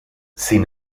sin